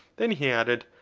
then, he added,